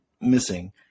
missing